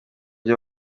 byo